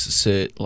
sit